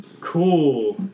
Cool